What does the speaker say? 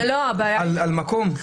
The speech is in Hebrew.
על מקום?